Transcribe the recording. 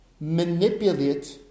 manipulate